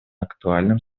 актуальным